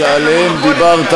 השר לוין, הערה, שעליהם דיברת.